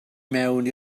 mewn